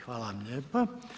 Hvala vam lijepa.